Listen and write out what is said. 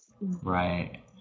Right